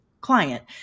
client